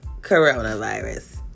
coronavirus